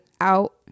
out